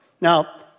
Now